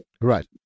Right